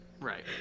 Right